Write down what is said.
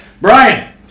Brian